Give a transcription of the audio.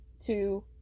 two